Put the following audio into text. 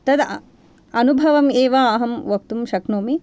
तदा अनुभवम् एव अहं वक्तुं शक्नोमि